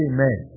Amen